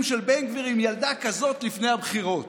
של בן גביר עם ילדה כזאת לפני הבחירות.